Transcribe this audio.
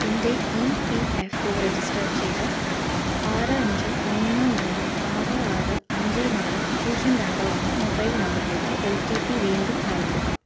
എൻ്റെ E P F O register ചെയ്ത ആറ് അഞ്ച് മൂന്ന് മൂന്ന് ആറ് ആറ് അഞ്ച് നാല് പൂജ്യം രണ്ട് ഒന്ന് മൊബൈൽ നമ്പറിലേക്ക് ഒ റ്റി പി വീണ്ടും അയക്കുക